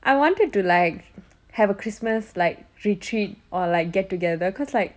I wanted to like have a christmas like retreat or like get together cause like